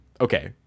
Okay